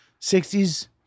60s